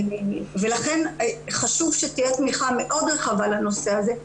לכן חשוב שתהיה תמיכה מאוד רחבה לנושא הזה.